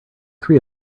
three